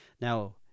Now